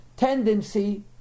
tendency